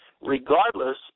regardless